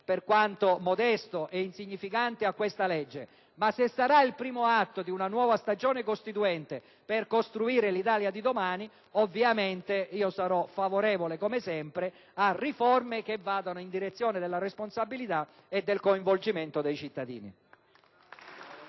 per quanto modesto ed insignificante, a questa legge. Ma se sarà il primo atto di una nuova stagione costituente per costruire l'Italia di domani ovviamente sarò favorevole, come sempre, a riforme che vadano in direzione della responsabilità e del coinvolgimento dei cittadini.